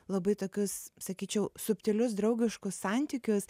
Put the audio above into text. labai tokius sakyčiau subtilius draugiškus santykius